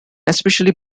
especially